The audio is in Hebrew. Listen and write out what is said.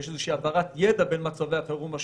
שיש איזו שהיא העברת ידע בין מצבי החירום השונים,